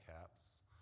caps